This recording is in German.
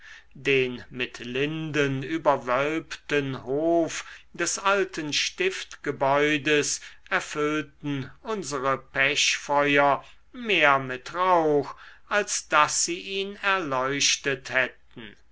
den mit linden überwölbten hof des alten stiftgebäudes erfüllten unsere pechfeuer mehr mit rauch als daß sie ihn erleuchtet hätten